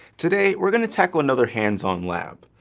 today, we're going to tackle another hands-on lab.